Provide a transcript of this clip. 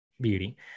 beauty